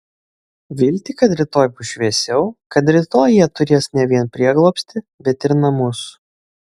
viltį kad rytoj bus šviesiau kad rytoj jie turės ne vien prieglobstį bet ir namus